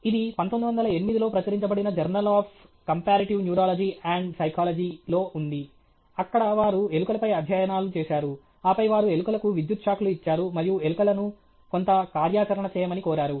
ఇది 1908 లో ప్రచురించబడిన journal of comparative neurology and psychology లో ఉంది అక్కడ వారు ఎలుకలపై అధ్యయనాలు చేసారు ఆపై వారు ఎలుకలకు విద్యుత్ షాక్లు ఇచ్చారు మరియు ఎలుకలను కొంత కార్యాచరణ చేయమని కోరారు